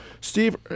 Steve